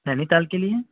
نینی تال کے لیے